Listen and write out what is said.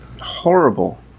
horrible